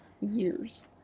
years